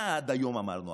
מה עד היום אמרנו?